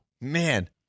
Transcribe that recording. Man